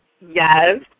Yes